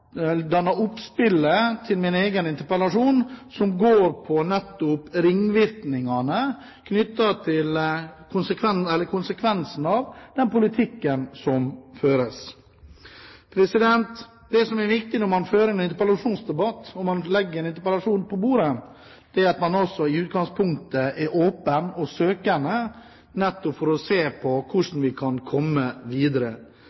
konsekvensen av den politikken som føres. Det som er viktig når man fører en interpellasjonsdebatt, når man legger en interpellasjon på bordet, er at man også i utgangspunktet er åpen og søkende for å se på hvordan vi kan komme videre.